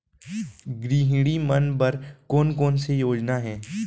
गृहिणी मन बर कोन कोन से योजना हे?